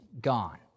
gone